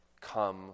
Come